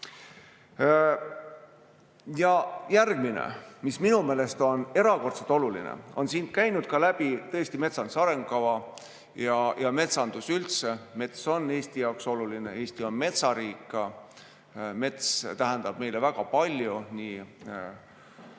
Järgmine, mis minu meelest on erakordselt oluline. Siit on käinud läbi ka metsanduse arengukava ja metsandus üldse. Mets on Eesti jaoks oluline, Eesti on metsariik, mets tähendab meile väga palju nii